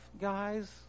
guys